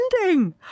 ending